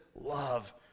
love